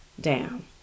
down